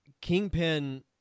Kingpin